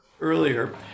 earlier